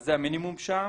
זה המינימום שם.